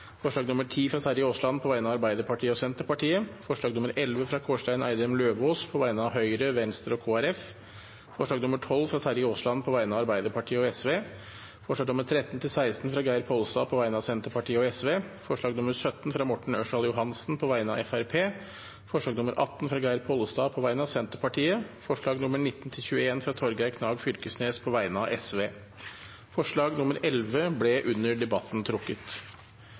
forslag nr. 10, fra Terje Aasland på vegne av Arbeiderpartiet og Senterpartiet forslag nr. 11, fra Kårstein Eidem Løvaas på vegne av Høyre, Venstre og Kristelig Folkeparti forslag nr. 12, fra Terje Aasland på vegne av Arbeiderpartiet og Sosialistisk Venstreparti forslagene nr. 13–16, fra Geir Pollestad på vegne av Senterpartiet og Sosialistisk Venstreparti forslag nr. 17, fra Morten Ørsal Johansen på vegne av Fremskrittspartiet forslag nr. 18, fra Geir Pollestad på vegne av Senterpartiet forslagene nr. 19–21, fra Torgeir Knag Fylkesnes på vegne av